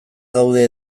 gaude